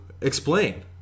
explain